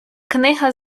книга